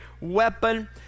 weapon